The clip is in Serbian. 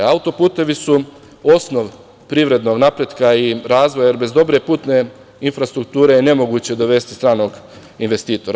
Auto putevi su osnov privrednog napretka i razvoja, jer bez dobre putne infrastrukture nemoguće je dovesti stranog investitora.